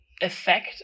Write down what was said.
effect